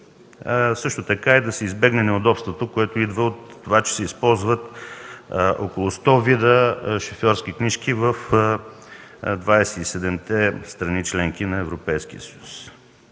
също така да се избегне неудобството, което идва от това, че се използват около 100 вида шофьорски книжки в 27-те страни – членки на Европейския съюз.